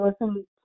listen